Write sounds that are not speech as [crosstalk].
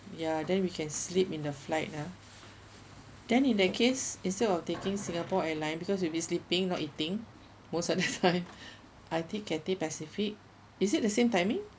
ya then we can sleep in the flight ah then in that case instead of taking singapore airline because you'll be sleeping not eating most of the time [laughs] I think cathay pacific is it the same timing